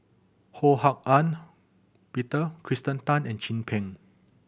Ho Hak Ean Peter Kirsten Tan and Chin Peng